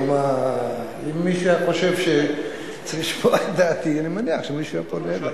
אם מישהו היה חושב שצריך לשמוע את דעתי אני מניח שמישהו היה פונה אלי.